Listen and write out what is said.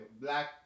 black